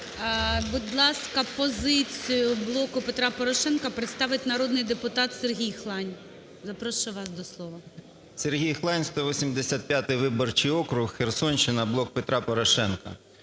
Будь ласка, позицію "Блоку Петра Порошенка" представить народний депутат Сергій Хлань. Запрошую вас до слова. 11:33:54 ХЛАНЬ С.В. Сергій Хлань, 185 виборчий округ, Херсонщина, "Блок Петра Порошенка".